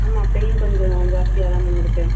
ஆமாம் பெயின் கொஞ்சம் ஜாஸ்தியாக தான் மேம் இருக்குது